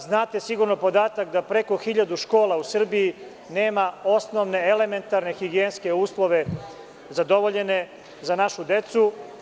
Znate sigurno podatak da preko hiljadu škola u Srbiji nema osnovne elementarne higijenske uslove zadovoljene za našu decu.